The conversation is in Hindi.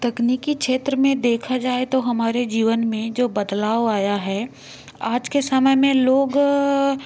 तकनीकी क्षेत्र में देखा जाए तो हमारे जीवन में जो बदलाव आया है आज के समय में लोग